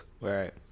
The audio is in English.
Right